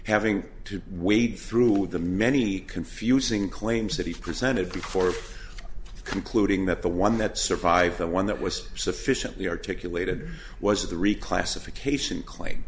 having to wade through all of the many confusing claims that he presented before concluding that the one that survived the one that was sufficiently articulated was the reclassification claim